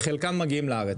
חלקם מגיעים לארץ.